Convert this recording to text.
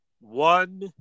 One